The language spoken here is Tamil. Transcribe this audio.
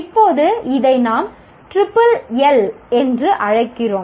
இப்போது இதை நாம் டிரிபிள் எல் என்று அழைக்கிறோம்